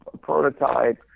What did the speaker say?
prototype